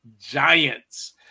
giants